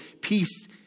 peace